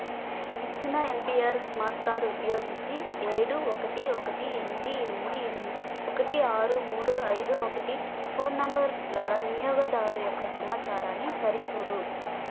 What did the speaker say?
ఇచ్చిన NPR smart card ఉపయోగించి ఏడు ఒకటి ఒకటి ఎనిమిది ఎనిమిది ఎనిమిది ఒకటి ఆరు మూడు ఐదు ఒకటి ఫోన్ నంబర్ గల వినియోగదారు యొక్క సమాచారాన్ని సరిచూడు